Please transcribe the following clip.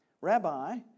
Rabbi